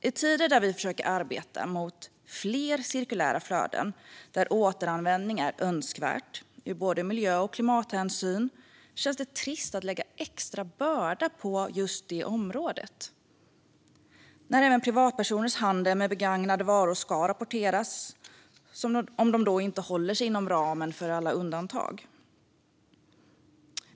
I tider då vi försöker arbeta mot fler cirkulära flöden och då återanvändning är önskvärt med hänsyn till både miljö och klimat känns det trist att lägga en extra börda på just det området genom att införa att även privatpersoners handel med begagnade varor ska rapporteras om den inte håller sig inom ramen för alla undantag.